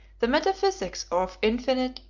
the metaphysics of infinite,